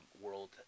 World